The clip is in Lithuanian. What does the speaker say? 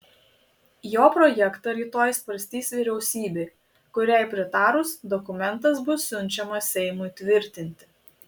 jo projektą rytoj svarstys vyriausybė kuriai pritarus dokumentas bus siunčiamas seimui tvirtinti